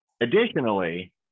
Additionally